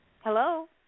Hello